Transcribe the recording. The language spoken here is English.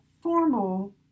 formal